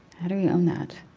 how do we own that?